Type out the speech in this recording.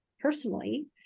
personally